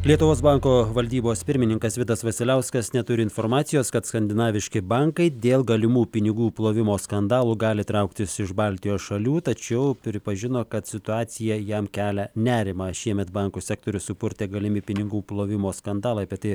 lietuvos banko valdybos pirmininkas vitas vasiliauskas neturi informacijos kad skandinaviški bankai dėl galimų pinigų plovimo skandalų gali trauktis iš baltijos šalių tačiau pripažino kad situacija jam kelia nerimą šiemet bankų sektorių supurtė galimi pinigų plovimo skandalai apie tai